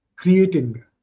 creating